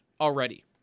already